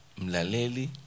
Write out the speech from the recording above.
Mlaleli